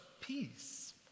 peace